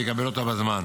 ויקבל אותה בזמן.